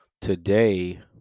today